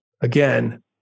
again